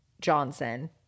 Johnson